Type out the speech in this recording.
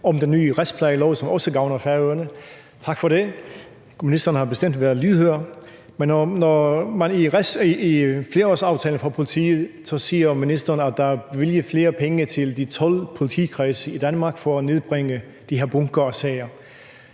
om den nye retsplejelov, som også gavner Færøerne. Tak for det. Ministeren har bestemt været lydhør. Om flerårsaftalen for politiet siger ministeren, at der er bevilget flere penge til de 12 politikredse i Danmark for at nedbringe de her bunker af sager,